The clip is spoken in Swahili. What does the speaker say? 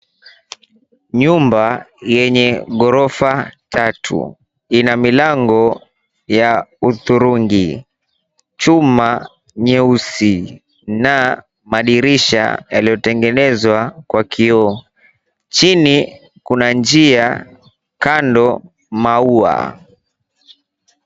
Nyumba yenye ghorofa tatu, ina milango ya hudhurungi, chuma nyeusi, na madirisha yaliyotengenezwa kwa kioo. Chini kuna njia, kando maua.